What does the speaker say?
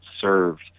served